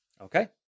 Okay